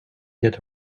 get